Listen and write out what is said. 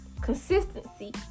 consistency